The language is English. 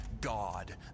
God